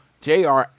Jr